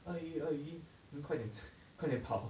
鳄鱼鳄鱼你快点 快点跑